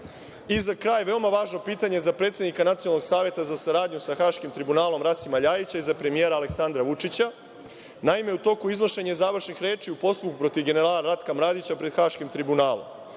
za kraj, veoma važno pitanje za predsednika Nacionalnog saveta za saradnju sa Haškim tribunalom, Rasima LJajića i za premijera Aleksandra Vučića. Naime, u toku je iznošenje završnih reči u postupku protiv generala Ratka Mladića pred Haškim tribunalom.